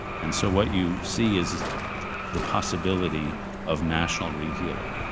and so what you see is the possibility of national rehealing,